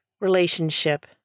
relationship